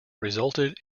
resulted